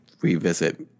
revisit